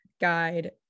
guide